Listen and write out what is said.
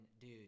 dude